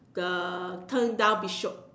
the turn down beach road